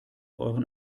euren